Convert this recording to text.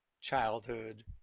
childhood